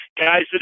guys